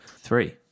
Three